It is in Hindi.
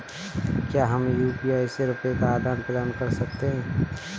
क्या हम यू.पी.आई से रुपये का आदान प्रदान कर सकते हैं?